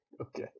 Okay